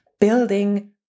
building